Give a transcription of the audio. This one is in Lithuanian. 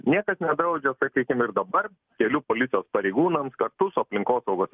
niekad nedraudžia sakykim ir dabar kelių policijos pareigūnams kartu su aplinkosaugos